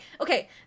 okay